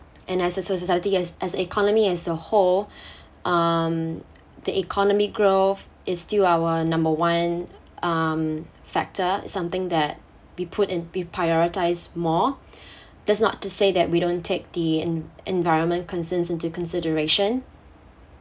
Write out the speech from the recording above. and as a so~ society as as economy as a whole um the economy growth is still our number one um factor something that we put in be prioritised more that's not to say that we don't take the en~ environment concerns into consideration